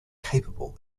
capable